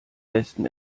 besten